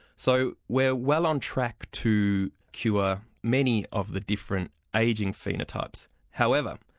so we're well on track to cure many of the different ageing phenotypes. however,